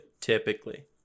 Typically